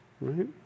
right